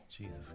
Jesus